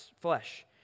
flesh